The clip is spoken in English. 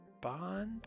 bond